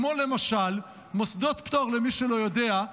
כמו למשל: למי שלא יודע,